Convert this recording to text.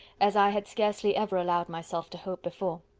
as i had scarcely ever allowed myself to hope before.